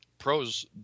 Pros